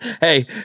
hey